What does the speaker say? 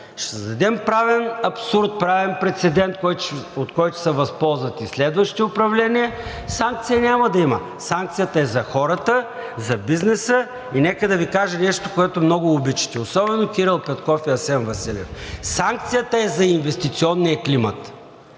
ще създадем правен абсурд, правен прецедент, от който ще се възползват и следващите управления, санкции няма да има. Санкцията е за хората, за бизнеса. И нека да Ви кажа нещо, което много обичате, особено Кирил Петков и Асен Василев – санкцията е за инвестиционния климат.